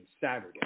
saturday